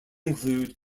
include